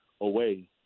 away